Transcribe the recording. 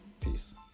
Peace